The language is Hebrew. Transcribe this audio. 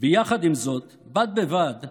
ויחד עם זאת, בד בבד,